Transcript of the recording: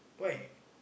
why